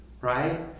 Right